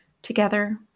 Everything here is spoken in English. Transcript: Together